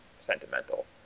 sentimental